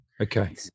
okay